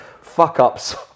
fuck-ups